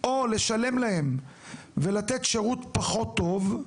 או לשלם להם ולתת שירות פחות טוב,